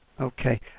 Okay